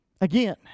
Again